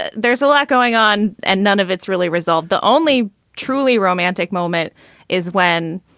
and there's a lot going on and none of it's really resolved. the only truly romantic moment is when.